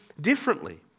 differently